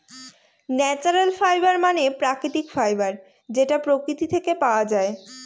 natural fiber মানে প্রাকৃতিক fiber যেটা প্রকৃতি থেকে পাওয়া যায়